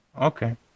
Okay